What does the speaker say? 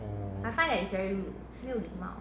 oh